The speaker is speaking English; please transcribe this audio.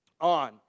on